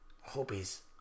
hobbies